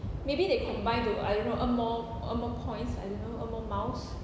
maybe they combine to I don't know earn more earn more points I don't know earn more miles